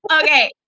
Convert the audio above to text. Okay